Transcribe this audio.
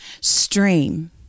stream